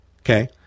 Okay